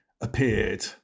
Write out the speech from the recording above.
appeared